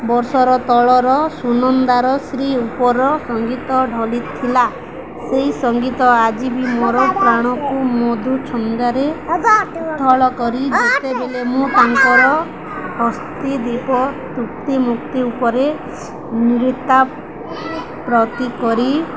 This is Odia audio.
ବର୍ଷର ତଳର ସୁନନ୍ଦାର ଶ୍ରୀ ଉପର ସଙ୍ଗୀତ ଢଳିଥିଲା ସେହି ସଙ୍ଗୀତ ଆଜି ବି ମୋର ପ୍ରାଣକୁ ମଧୁ ଛଣ୍ଡାରେ ଉଥଳ କରି ଯେତେବେଳେ ମୁଁ ତାଙ୍କର ଅସ୍ତିଦ୍ୱୀପ ତୃପ୍ତି ମୁକ୍ତି ଉପରେ ନୃତ ପ୍ରତି କରି